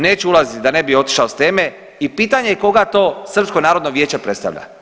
Neću ulazit da ne bi otišao s teme i pitanje koga to Srpsko narodno vijeće predstavlja?